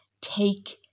take